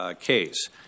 case